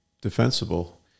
defensible